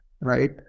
right